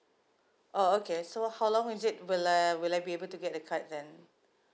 oh okay so how long is it will I will I be able to get the card then